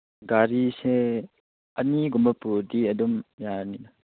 ꯒꯥꯔꯤꯁꯦ ꯑꯅꯤꯒꯨꯝꯕ ꯄꯨꯔꯗꯤ ꯑꯗꯨꯝ ꯌꯥꯔꯅꯤꯅ